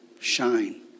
shine